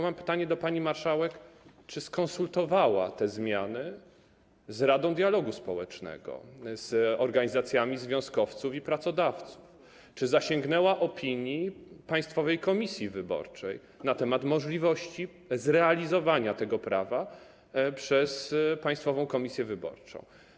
Mam pytanie do pani marszałek, czy skonsultowała te zmiany z Radą Dialogu Społecznego, z organizacjami związkowców i pracodawców, czy zasięgnęła opinii Państwowej Komisji Wyborczej na temat możliwości zrealizowania tego prawa przez Państwową Komisję Wyborczą.